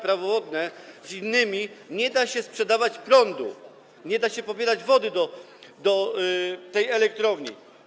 Prawo wodne z innymi ustawami nie da się sprzedawać prądu, nie da się pobierać wody do tej elektrowni.